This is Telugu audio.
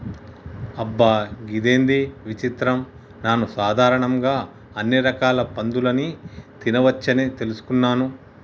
అబ్బ గిదేంది విచిత్రం నాను సాధారణంగా అన్ని రకాల పందులని తినవచ్చని తెలుసుకున్నాను